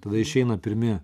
tada išeina pirmi